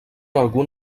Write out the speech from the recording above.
algun